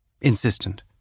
insistent